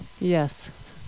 Yes